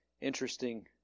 Interesting